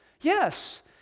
Yes